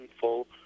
full